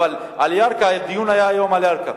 עוספיא ודאליה, אבל היום הדיון היה על ירכא.